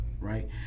right